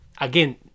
again